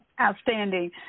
Outstanding